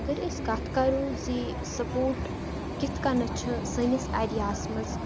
اگر أسۍ کَتھ کَرو زِ سَپوٹ کِتھ کَنَن چھُ سٲنِس ایریاہَس منٛز